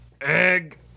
egg